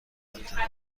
انتقال